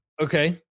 Okay